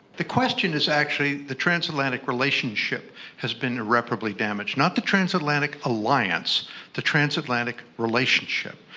the question is actually the transatlantic relationship has been irreparably damaged, not the transatlantic alliance the transatlantic relationship.